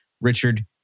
Richard